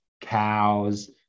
Cows